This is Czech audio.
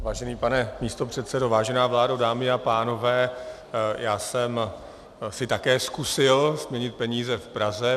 Vážený pane místopředsedo, vážená vládo, dámy a pánové, já jsem si také zkusil směnit peníze v Praze.